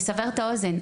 לסבר את האוזן,